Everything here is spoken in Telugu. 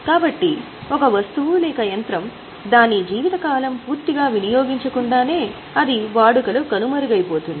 కాబట్టి ఒక వస్తువు లేక యంత్రం దాని జీవితకాలం పూర్తిగా వినియోగించకుండా నే అది వాడుకలో కనుమరుగైపోతుంది